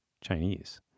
Chinese